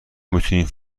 میتونین